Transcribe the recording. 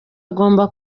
agomba